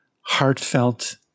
heartfelt